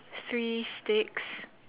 three sticks